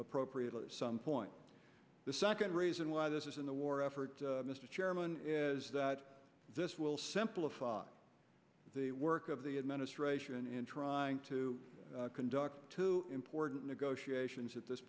appropriately some point the second reason why this is in the war effort mr chairman is that this will simplify the work of the administration in trying to conduct two important negotiations at this